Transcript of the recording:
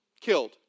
Killed